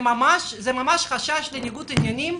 יש פה ממש חשש לניגוד עניינים.